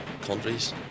countries